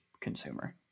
consumer